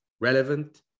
relevant